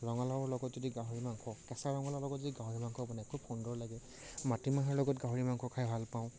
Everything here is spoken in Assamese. ৰঙালাউৰ লগত যদি গাহৰি মাংস কেঁচা ৰঙালাউৰ লগত যদি গাহৰি বনায় খুব সুন্দৰ লাগে মাটিমাহৰ লগত গাহৰি মাংস খাই ভাল পাওঁ